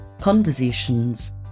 conversations